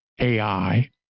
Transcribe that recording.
AI